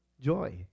joy